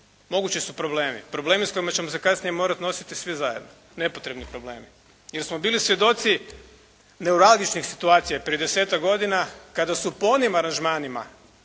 mogući su problemi. Problemi s kojima ćemo se kasnije morati nositi svi zajedno. Nepotrebni problemi. Jer smo bili svjedoci neuralgičnih situacija prije 10-tak godina kada su po onim aranžmanima,